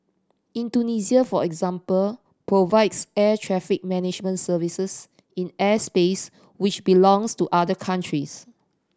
Indonesia for example provides air traffic management services in airspace which belongs to other countries